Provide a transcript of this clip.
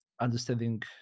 understanding